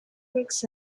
books